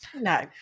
no